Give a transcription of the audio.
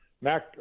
Mac